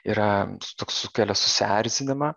yra toks sukelia susierzinimą